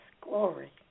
glory